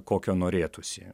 kokio norėtųsi